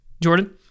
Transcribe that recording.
Jordan